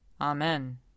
Amen